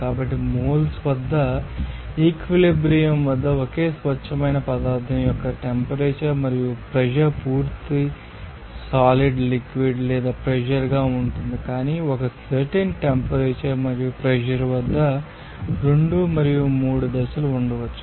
కాబట్టి మోల్స్ వద్ద ఈక్విలిబ్రియం ం వద్ద ఒకే స్వచ్ఛమైన పదార్ధం యొక్క టెంపరేచర్ మరియు ప్రెషర్ పూర్తిగా సాలిడ్ లిక్విడ్ లేదా ప్రెషర్ గా ఉంటుంది కానీ ఒక సర్టెన్ టెంపరేచర్ మరియు ప్రెషర్ వద్ద రెండు మరియు మూడు దశలు ఉండవచ్చు